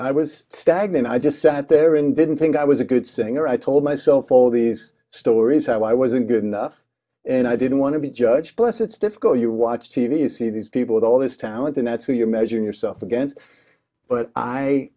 i was stagnant i just sat there and didn't think i was a good singer i told myself all these stories i wasn't good enough and i didn't want to be judged less it's difficult you watch t v you see these people with all this talent and that to your measuring yourself against but i